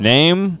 Name